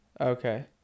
Okay